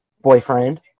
boyfriend